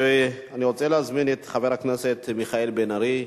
אני רוצה להזמין את חבר הכנסת מיכאל בן-ארי,